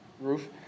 roof